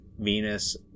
Venus